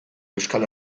euskal